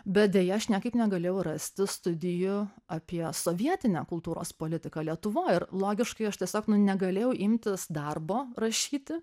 bet deja aš niekaip negalėjau rasti studijų apie sovietinę kultūros politiką lietuvoj ir logiškai aš tiesiog negalėjau imtis darbo rašyti